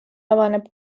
avaneb